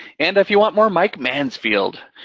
and if you want more mike mansfield,